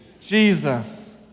Jesus